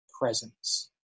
presence